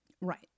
Right